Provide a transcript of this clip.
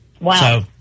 Wow